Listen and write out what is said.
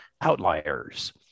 Outliers